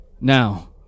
Now